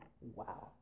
Wow